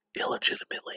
illegitimately